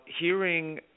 hearing